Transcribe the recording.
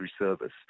service